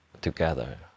together